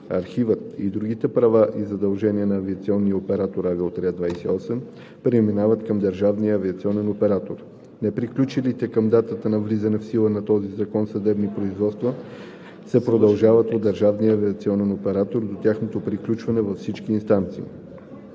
архивът и другите права и задължения на авиационния оператор – Авиоотряд 28, преминават към Държавния авиационен оператор. Неприключилите към датата на влизане в сила на този закон съдебни производства се продължават от Държавния авиационен оператор до тяхното приключване във всички инстанции.